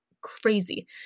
crazy